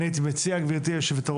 אני הייתי מציע, גברתי היושבת-ראש,